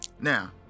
Now